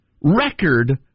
record